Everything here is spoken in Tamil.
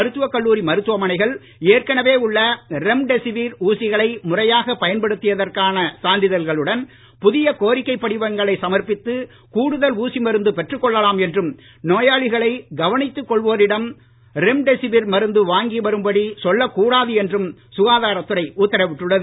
மருத்துவ கல்லூரி மருத்துவமனைகள் ஏற்கனவே உள்ள ரெம்டெசிவிர் ஊசிகளை முறையாக பயன்படுத்தியதற்கான சான்றிதழ்களுடன் புதிய கோரிக்கை படிவங்களை சமர்பித்து கூடுதல் ஊசி மருந்து பெற்றுக் கொள்ளலாம் என்றும் நோயாளிகளை கவனித்து கொள்வோரிடம் ரெம்டெசிவிர் மருந்து வாங்கி வரும்படி சொல்லக் கூடாது என்றும் சுகாதாரத் துறை உத்தரவிட்டுள்ளது